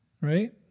Right